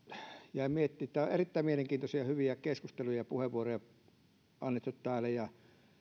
kun täällä on erittäin mielenkiintoisia hyviä keskusteluja ja puheenvuoroja pidetty ja